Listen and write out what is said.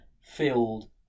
filled